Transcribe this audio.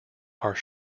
are